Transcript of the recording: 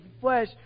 flesh